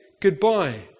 goodbye